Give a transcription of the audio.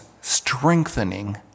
strengthening